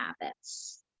habits